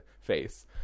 face